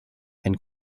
and